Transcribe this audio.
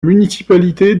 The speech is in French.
municipalité